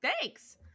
Thanks